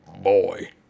boy